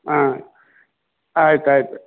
ಹಾಂ ಆಯ್ತು ಆಯಿತು